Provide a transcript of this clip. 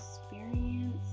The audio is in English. experience